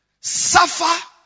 Suffer